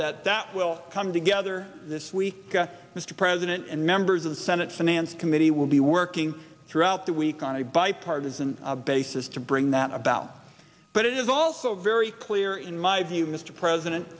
that that will come together this week mr president and members of the senate finance committee will be working throughout the week on a bipartisan basis to bring that about but it is also very clear in my view mr president